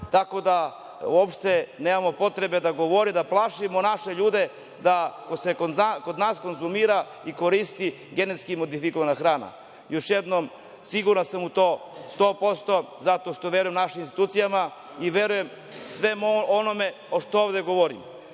tako da uopšte nemamo potrebe da govore da plašimo naše ljude da se kod nas konzumira i koristi genetski modifikovana hrana. Još jednom siguran sam 100% u to zato što verujem našim institucijama i verujem svemu onome što ovde govorim.